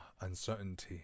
Uncertainty